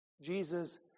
Jesus